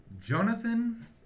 Jonathan